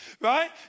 right